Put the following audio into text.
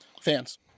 fans